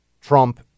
trump